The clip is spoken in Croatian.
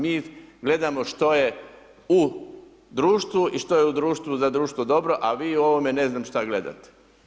Mi gledamo što je u društvu i što je u društvu i za društvo dobro, a vi u ovome ne znam što gledate.